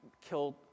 killed